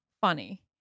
funny